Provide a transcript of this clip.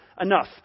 Enough